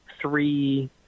three